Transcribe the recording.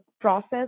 process